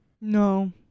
No